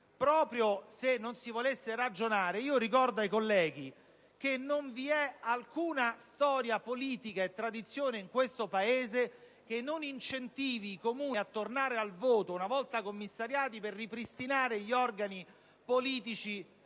proprio se non si volesse ragionare, ricordo ai colleghi che non vi è alcuna storia politica e tradizione in questo Paese che non incentivi i Comuni a tornare al voto una volta commissariati per ripristinare gli organi politici